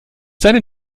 seinen